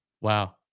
Wow